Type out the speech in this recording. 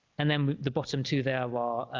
and then the bottom two there are